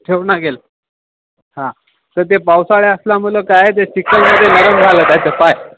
ठेवू नाही गेलं हां तर ते पावसाळा असल्यामुळे काय ते चिखलमध्ये नरम झाले त्याचं पाय